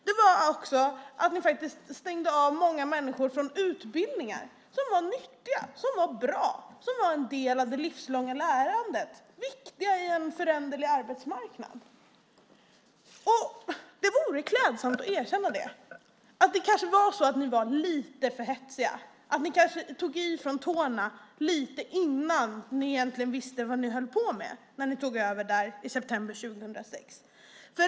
Då stängde ni också av många unga människor från utbildningar som var nyttiga, bra och en del av det livslånga lärandet. De var viktiga i en föränderlig arbetsmarknad. Det vore klädsamt att erkänna att ni kanske var lite för hetsiga. Ni kanske tog i från tårna lite innan dess att ni egentligen visste vad ni höll på med när ni tog över i september 2006.